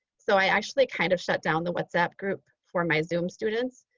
so i actually kind of shut down the whatsapp group for my zoom students.